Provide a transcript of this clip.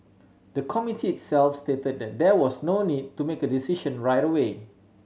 the Committee itself state that there was no need to make a decision right away